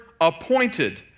Appointed